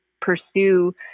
pursue